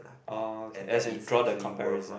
oh okay as in draw the comparison